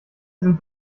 sind